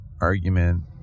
argument